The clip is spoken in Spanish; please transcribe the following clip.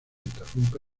interrumpe